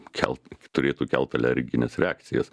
kelt turėtų kelt alergines reakcijas